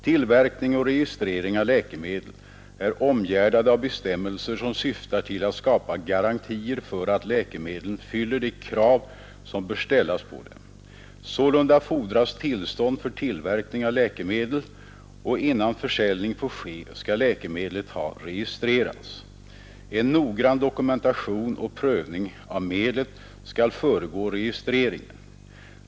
Tillverkning och registrering av läkemedel är omgärdade av bestämmelser som syftar till att skapa garantier för att läkemedlen fyller de krav som bör ställas på dem. Sålunda fordras tillstånd för tillverkning av läkemedel, och innan försäljning får ske skall läkemedlet ha registrerats. En noggrann dokumentation och prövning av medlet skall föregå registreringen.